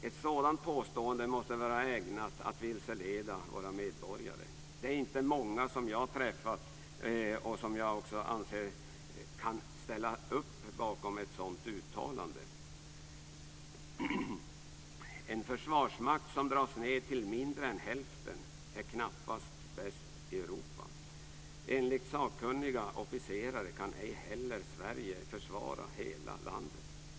Ett sådant påstående måste vara ägnat att vilseleda våra medborgare. Det är inte många som jag träffat som jag anser kan ställa upp bakom ett sådant uttalande. En försvarsmakt som dras ned till mindre än hälften är knappast bäst i Europa. Enligt sakkunniga officerare kan ej Sverige försvara hela landet.